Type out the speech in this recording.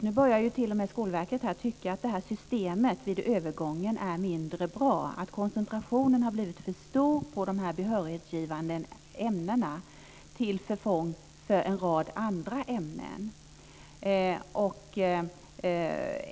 Nu börjar t.o.m. Skolverket tycka att det här systemet vid övergången är mindre bra, att koncentrationen har blivit för stor på de behörighetsgivande ämnena, till förfång för en rad andra ämnen.